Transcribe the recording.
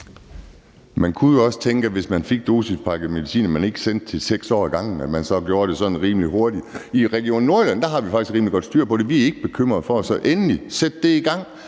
Man kunne jo også tænke i forhold til dosispakket medicin, at man ikke sendte til 6 år ad gangen, men at man så gjorde det sådan rimelig tit. I Region Nordjylland har vi faktisk rimelig godt styr på det. Vi er ikke bekymrede for det, så sæt det endelig